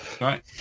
right